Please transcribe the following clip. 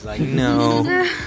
no